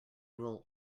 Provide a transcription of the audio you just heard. will